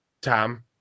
Tom